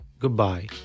Goodbye